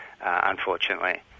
unfortunately